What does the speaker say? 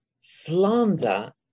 Slander